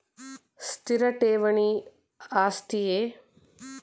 ಸ್ಥಿರ ಠೇವಣಿ ಆಸ್ತಿಯೇ?